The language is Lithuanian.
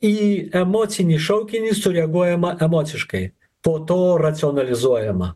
į emocinį šaukinį sureaguojama emociškai po to racionalizuojama